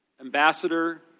Ambassador